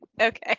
Okay